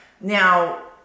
Now